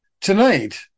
Tonight